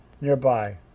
nearby